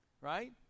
Right